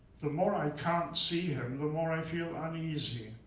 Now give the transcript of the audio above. the more i can't see him, the more i feel uneasy.